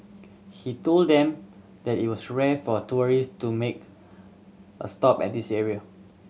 he told them that it was rare for tourist to make a stop at this area